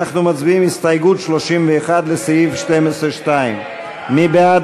אנחנו מצביעים על הסתייגות 31 לסעיף 12(2). מי בעד